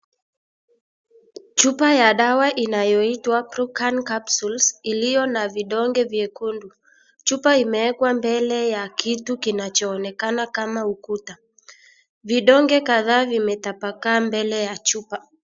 Chupa ya dawa inayoitwa glucan capsules iliyo na vidonge vyekundu chupa imeekwa mbele ya kitu kinachoonekana kama ukuta vidonge kadhaa vimetapakaa mbele ya chupa.